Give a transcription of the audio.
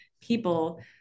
people